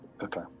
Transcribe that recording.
Okay